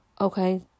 okay